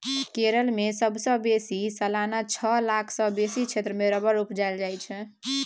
केरल मे सबसँ बेसी सलियाना छअ लाख सँ बेसी क्षेत्र मे रबर उपजाएल जाइ छै